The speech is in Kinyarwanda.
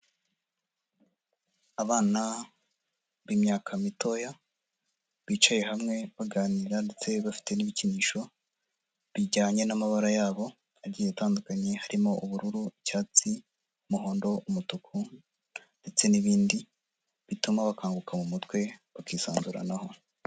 Abana b'imyaka mitoya, bicaye hamwe baganira ndetse bafite n'ibikinisho, bijyanye n'amabara yabo agiye atandukanye, harimo ubururu, icyatsi n'umuhondo, umutuku, ndetse n'ibindi bituma bakanguka mu mutwe, bakisanzuranaho.